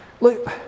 Look